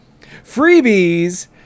Freebies